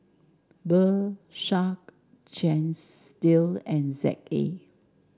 Bershka Chesdale and Z A